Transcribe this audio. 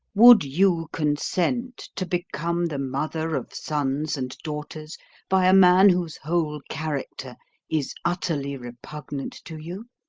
would you consent to become the mother of sons and daughters by a man whose whole character is utterly repugnant to you?